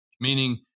Meaning